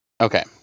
Okay